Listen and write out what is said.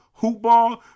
HoopBall